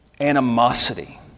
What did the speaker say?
animosity